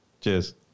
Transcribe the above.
Cheers